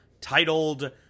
titled